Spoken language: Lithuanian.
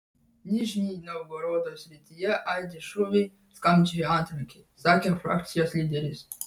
nižnij novgorodo srityje aidi šūviai skambčioja antrankiai sakė frakcijos lyderis